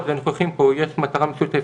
אנחנו החודש מציינים חודש מודעות לסרטן השד,